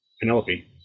Penelope